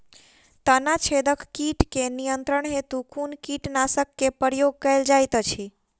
तना छेदक कीट केँ नियंत्रण हेतु कुन कीटनासक केँ प्रयोग कैल जाइत अछि?